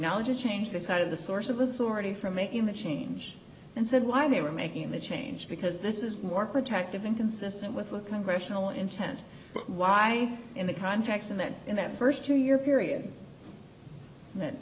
and change the side of the source of authority for making the change and said why they were making the change because this is more protective inconsistent with the congressional intent but why in the context of that in that st two year period that